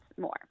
more